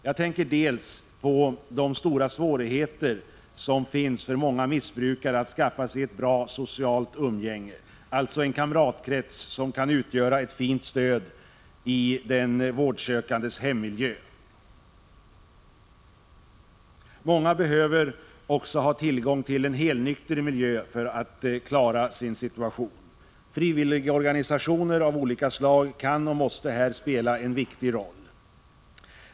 Jag tänker främst på de stora svårigheterna för många missbrukare att skaffa sig ett bra socialt umgänge, alltså en kamratkrets som kan utgöra ett fint stöd i den vårdsökandes hemmiljö. Många behöver också ha tillgång till en helnykter miljö för att klara sin situation. Frivilligorganisationer av olika slag kan och måste här spela en viktig roll.